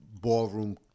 ballroom